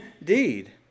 indeed